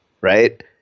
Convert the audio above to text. Right